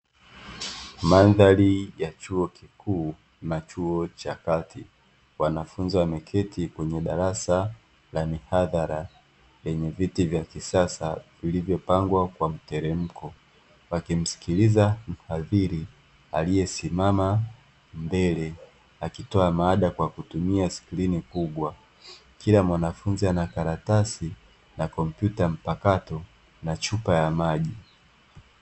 Mandhari ya chuo kikuu na cha kati wanafunzi wameketi kwenye vyumba